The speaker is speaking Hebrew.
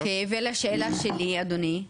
אוקיי, ולשאלה שלי, אדוני?